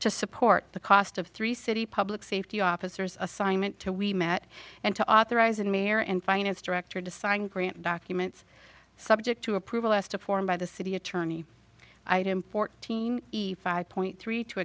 to support the cost of three city public safety officers assignment to we met and to authorize and mayor and finance director to sign grant documents subject to approval asked a form by the city attorney item fourteen five point three to